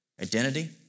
Identity